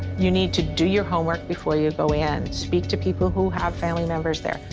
you need to do your homework before you go in. speak to people who have family members there.